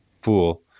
fool